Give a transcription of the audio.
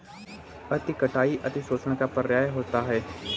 अति कटाई अतिशोषण का पर्याय होता है